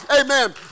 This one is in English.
Amen